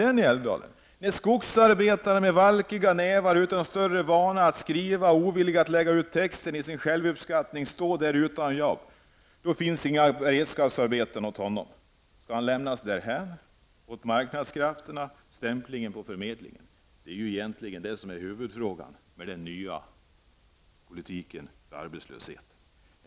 Sedan säger han: ''När skogsarbetaren med valkiga nävar, utan större vana att skriva och ovillig att lägga ut texten i självuppskattning, står där utan jobb, då finns inget beredskapsarbete åt honom. Skall han lämnas därhän, åt marknadskrafterna och stämplingen på förmedlingen?'' Det är egentligen huvudfrågan när det gäller den nya arbetslöshetspolitiken.